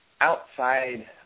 outside